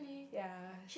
ya